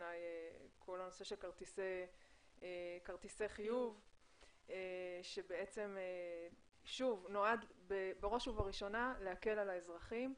כל הנושא של כרטיסי חיוב שבעצם נועד בראש ובראשונה להקל על האזרחים.